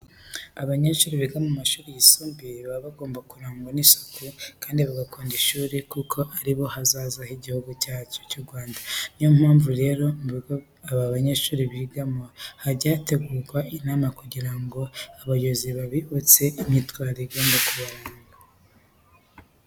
Abanyeshuri biga mu mashuri yisumbuye baba bagomba kurangwa n'isuku kandi bagakunda ishuri kuko ari bo hazaza h'Igihugu cyacu cy'u Rwanda. Niyo mpamvu rero mu bigo aba banyeshuri bigaho hajya hategurwa inama kugira ngo abayobozi babibutse imyitwarire igomba kubaranga.